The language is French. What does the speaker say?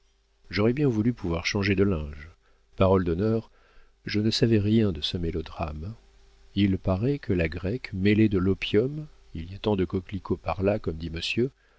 j'aurais bien voulu pouvoir changer de linge parole d'honneur je ne savais rien de ce mélodrame il paraît que la grecque mêlait de l'opium il y a tant de coquelicots par là comme dit monsieur